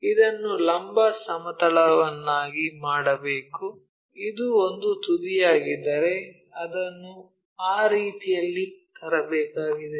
ಇದನ್ನು ಲಂಬ ಸಮತಲವನ್ನಾಗಿ ಮಾಡಬೇಕು ಇದು ಒಂದು ತುದಿಯಾಗಿದ್ದರೆ ಅದನ್ನು ಆ ರೀತಿಯಲ್ಲಿ ತರಬೇಕಾಗಿದೆ